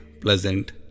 pleasant